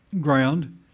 ground